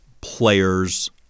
players